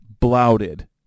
Blouted